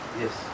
yes